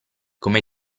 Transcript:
come